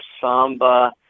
samba